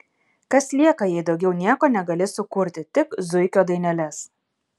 kas lieka jei daugiau nieko negali sukurti tik zuikio daineles